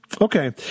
Okay